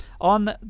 On